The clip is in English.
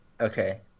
okay